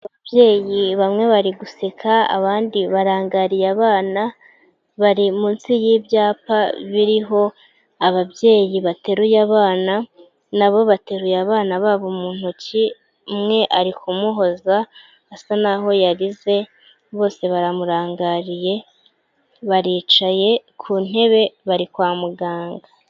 Ababyeyi bamwe bari guseka abandi barangariye abana bari munsi y'ibyapa biriho ababyeyi bateruye abana, nabo bateruye abana babo mu ntoki umwe ari kumuhoza asa naho yarize, bose baramurangariye baricaye ku ntebe bari kwa muganga.